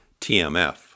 TMF